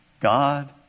God